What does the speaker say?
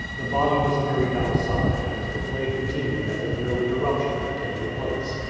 the body was carried outside, and the play continued as if no interruption had taken place.